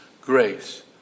grace